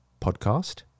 podcast